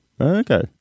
Okay